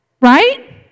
right